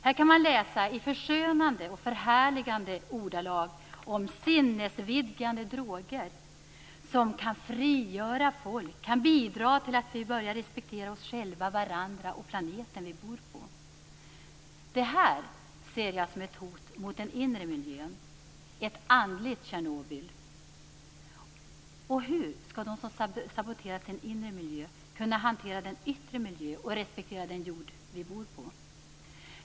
Här kan man läsa förskönande och förhärligande ordalag om "sinnesvidgande droger" som "kan frigöra folk, kan bidra till att vi börjar respektera oss själva, varandra och planeten vi bor på". Det här ser jag som ett hot mot den inre miljön - ett andligt Tjernobyl! Och hur skall de som saboterat sin inre miljö kunna hantera den yttre miljön och respektera den jord vi bor på?